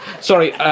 Sorry